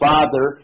Father